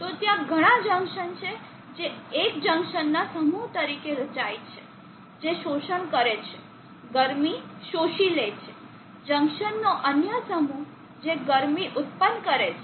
તો ત્યાં ઘણાં જંકશન છે જે એક જંકશનના સમૂહ તરીકે રચાય છે જે શોષણ કરે છે ગરમી શોષી લે છે જંકશનનો અન્ય સમૂહ જે ગરમી ઉત્પન્ન કરે છે